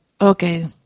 Okay